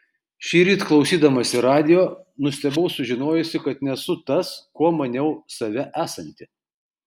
šįryt klausydamasi radijo nustebau sužinojusi kad nesu tas kuo maniau save esanti